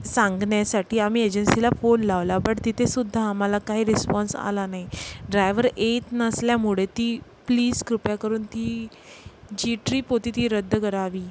सांगण्यासाठी आम्ही एजन्सीला फोन लावला बट तिथेसुद्धा आम्हाला काही रिस्पाँस आला नाही ड्रायवर येत नसल्यामुळे ती प्लीस कृपया करून ती जी ट्रीप होती ती रद्द करावी